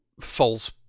false